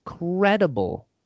incredible